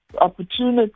opportunity